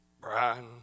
Brian